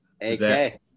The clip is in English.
AK